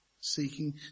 Seeking